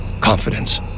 confidence